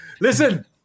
Listen